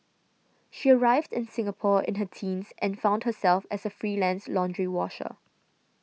she arrived in Singapore in her teens and found herself as a freelance laundry washer